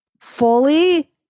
fully